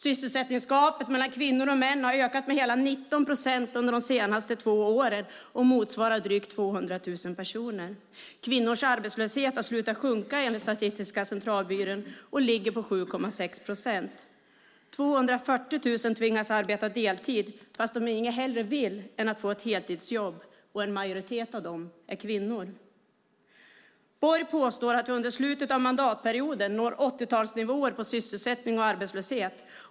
Sysselsättningsgapet mellan kvinnor och män har ökat med hela 19 procent under de senaste två åren och motsvarar drygt 200 000 personer. Kvinnors arbetslöshet har slutat sjunka, enligt Statistiska centralbyrån och ligger på 7,6 procent. 240 000 tvingas arbeta deltid, fast de inget hellre vill än att få ett heltidsjobb, och en majoritet av dem är kvinnor. Borg påstår att vi under slutet av mandatperioden når 80-talsnivåer på sysselsättning och arbetslöshet.